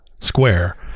square